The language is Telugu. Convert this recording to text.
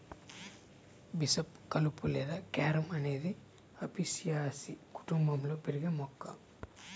బిషప్ కలుపు లేదా క్యారమ్ అనేది అపియాసి కుటుంబంలో పెరిగే మొక్క